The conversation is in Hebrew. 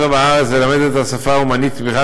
בתי-הספר בארץ ללמד את השפה ומעניק תמיכה